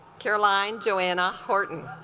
caroline joanna horton